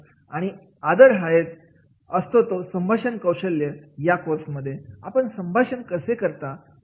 आणि आदर हायेत असतो संभाषण कौशल्य या कोर्समध्ये आपण संभाषण कसे करता